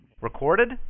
Recorded